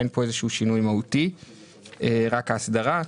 אין פה איזשהו שינוי מהותי, רק ההסדרה.